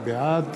בעד